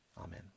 Amen